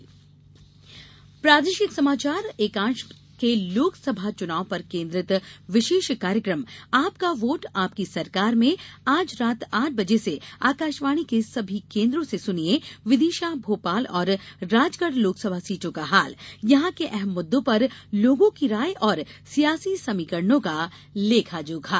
विशेष कार्यक्रम प्रादेशिक समाचार एकांश के लोकसभा चुनाव पर केन्द्रित विशेष कार्यक्रम आपका वोट आपकी सरकार में आज रात आठ बजे से आकाशवाणी के सभी केन्द्रों से सुनिए विदिशा भोपाल और राजगढ़ लोकसभा सीटों का हाल यहां के अहम मुद्दों पर लोगों की राय और सियासी समीकरणों का लेखा जोखा